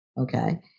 okay